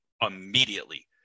immediately